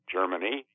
Germany